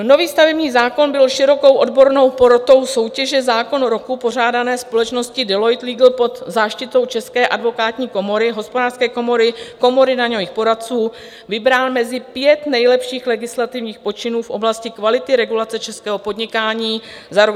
Nový stavební zákon byl širokou odbornou porotou soutěže Zákon roku, pořádané společností Deloitte Legal pod záštitou České advokátní komory, Hospodářské komory, Komory daňových poradců, vybrán mezi pět nejlepších legislativních počinů v oblasti kvality regulace českého podnikání za rok 2021.